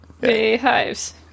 Beehives